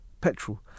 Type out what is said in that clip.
petrol